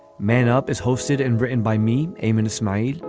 man up is hosted and written by me. aim and smile.